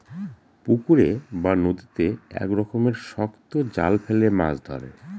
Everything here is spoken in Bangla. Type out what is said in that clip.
পুকুরে বা নদীতে এক রকমের শক্ত জাল ফেলে মাছ ধরে